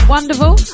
Wonderful